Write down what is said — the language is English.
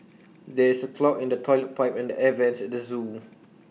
there is A clog in the Toilet Pipe and the air Vents at the Zoo